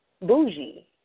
bougie